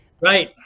Right